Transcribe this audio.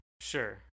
Sure